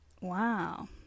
Wow